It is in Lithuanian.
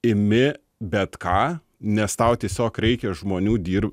imi bet ką nes tau tiesiog reikia žmonių dir